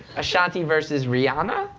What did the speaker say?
ashanti versus rihanna?